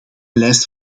lijst